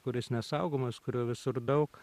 kuris nesaugomas kurio visur daug